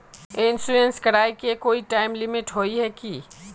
Insurance कराए के कोई टाइम लिमिट होय है की?